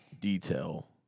detail